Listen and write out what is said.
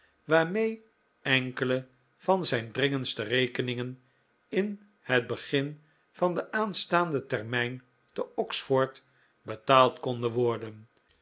waarmee enkele van zijn dringendste rekeningen in het begin van den aanstaanden termijn te oxford betaald konden worden